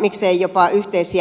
miksei jopa yhteisiä kurssejakin